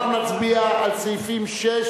להצביע על סעיפים 6